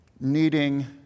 needing